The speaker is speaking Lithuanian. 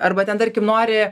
arba ten tarkim nori